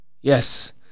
Yes